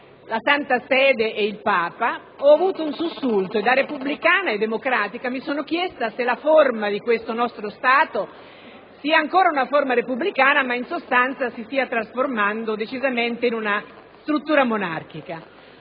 la Santa Sede e il Papa, ho avuto un sussulto e da repubblicana e democratica mi sono chiesta se la forma di questo Stato sia ancora repubblicana o se nella sostanza non si stia trasformando decisamente in una struttura monarchica.